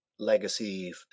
legacy